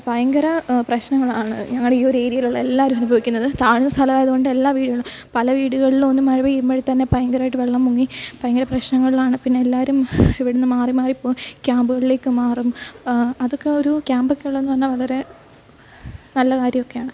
ഭയങ്കര പ്രശ്നങ്ങളാണ് ഞങ്ങളുടെ ഈ ഒരു ഏരിയയിലുള്ള എല്ലാവരും അനുഭവിക്കുന്നത് താഴ്ന്ന സ്ഥലമായതു കൊണ്ട് എല്ലാ വീടുകളും പല വീടുകളിലും ഒന്ന് മഴ പെയ്യുമ്പോൽ തന്നെ ഭയങ്കരമായിട്ട് വെള്ളം മുങ്ങി ഭയങ്കര പ്രശ്നങ്ങളിലാണ് പിന്നെ എല്ലാവരും ഇവിടെ നിന്ന് മാറി മാറി പോകും ക്യാമ്പുകളിലേക്ക് മാറും അതൊക്ക ഒരു ക്യാമ്പൊക്കെ ഉള്ളതെന്ന് പറഞ്ഞാൽ വളരെ നല്ല കാര്യമൊക്കെയാണ്